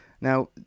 Now